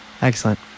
Excellent